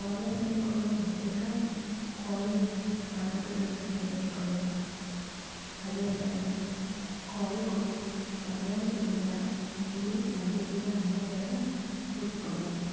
కోళ్ళ పెంపకంలో ముఖ్యంగా కోళ్ళను ఆరోగ్య పరీక్షలు చేయించుకోవాలి అదే విధంగా కోళ్ళకు సమయానికి మేత నీళ్ళు సమృద్ధిగా అందేలాగ చూస్కోవాలి